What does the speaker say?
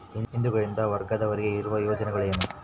ಹಿಂದುಳಿದ ವರ್ಗದವರಿಗೆ ಇರುವ ಯೋಜನೆಗಳು ಏನು?